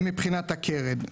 מבחינת הקרן: